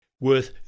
worth